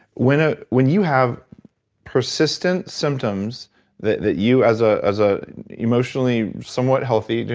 when ah when you have persistent symptoms that that you, as ah as a emotionally somewhat healthy,